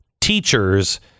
teachers